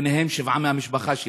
ביניהם שבעה מהמשפחה שלי.